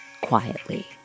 quietly